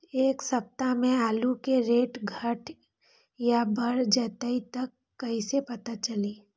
एक सप्ताह मे आलू के रेट घट ये बढ़ जतई त कईसे पता चली?